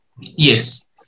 Yes